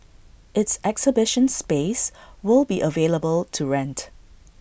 its exhibition space will be available to rent